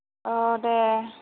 अ दे